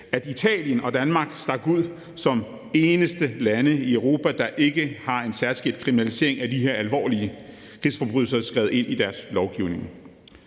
at Italien og Danmark stak ud som eneste lande i Europa, der ikke har en særskilt kriminalisering af de her alvorlige krigsforbrydelser skrevet ind i deres lovgivning.